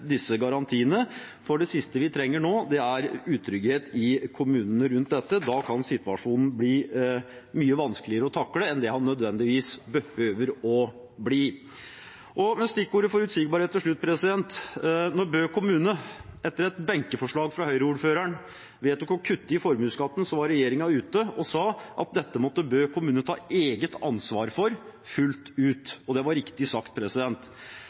disse garantiene, for det siste vi trenger nå, er utrygghet i kommunene rundt dette. Da kan situasjonen bli mye vanskeligere å takle enn den behøver å bli. Til stikkordet «forutsigbarhet» helt til slutt: Da Bø kommune etter et benkeforslag fra Høyre-ordføreren vedtok å kutte i formuesskatten, var regjeringen ute og sa at dette måtte Bø kommune fullt ut ta ansvaret for selv. Det var riktig sagt.